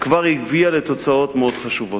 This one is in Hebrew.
כבר הביאה לתוצאות מאוד חשובות.